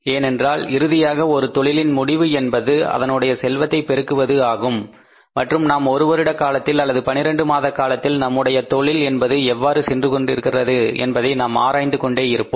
ஏனென்றால் இறுதியாக ஒரு தொழிலின் முடிவு என்பது அதனுடைய செல்வத்தை பெருக்குவது ஆகும் மற்றும் நாம் ஒரு வருட காலத்தில் அல்லது 12 மாத காலத்தில் நம்முடைய தொழில் என்பது எவ்வாறு சென்று கொண்டிருக்கின்றது என்பதை நாம் ஆராய்ந்து கொண்டே இருப்போம்